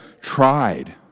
tried